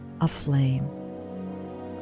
aflame